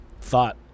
thought